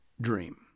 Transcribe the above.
dream